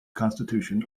constitution